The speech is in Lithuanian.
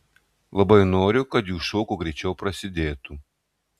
labai noriu kad jų šou kuo greičiau prasidėtų